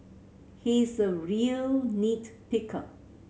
he's a real nit picker